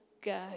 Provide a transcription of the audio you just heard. go